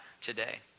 today